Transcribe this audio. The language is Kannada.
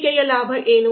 ಹೂಡಿಕೆಯ ಲಾಭ ಏನು